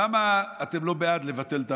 למה אתם לא בעד לבטל?